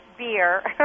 beer